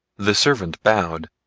the servant bowed,